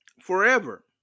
forever